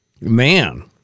Man